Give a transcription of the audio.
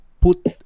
put